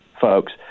folks